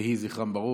יהי זכרם ברוך.